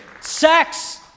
sex